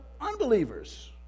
unbelievers